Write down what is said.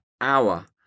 hour